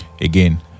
again